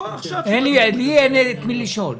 אין לי את מי לשאול.